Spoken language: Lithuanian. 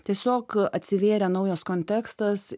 tiesiog atsivėrė naujas kontekstas